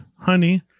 honey